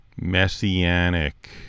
messianic